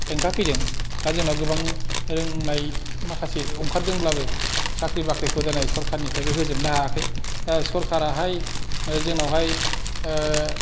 हेंथा फैदों दा जोंना गोबां रोंनाय माखासे ओंखारदोंब्लाबो साख्रि बाख्रिखौ सरखार निफ्रायबो होजोबनो हायाखै सरखाराहाय जोंनावहाय